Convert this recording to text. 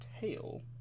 tail